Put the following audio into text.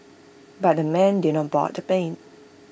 but the men did not board the plane